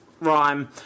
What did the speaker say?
rhyme